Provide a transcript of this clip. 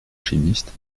chimiste